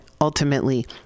ultimately